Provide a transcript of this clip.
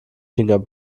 finger